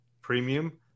premium